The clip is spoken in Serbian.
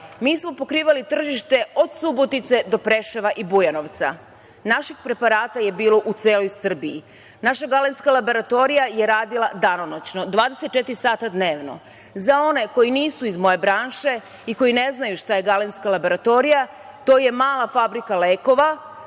mi smo pokrivali tržište od Subotice do Preševa i Bujanovca. Naših preparata je bilo u celoj Srbiji. Naša galenska laboratorija je radila danonoćno, 24 sata dnevno.Za one koji nisu iz moje branše i koji ne znaju šta je galenska laboratorija, to je mala fabrika lekova